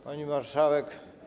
Pani Marszałek!